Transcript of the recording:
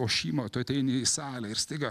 ošimo tu ateini į salę ir staiga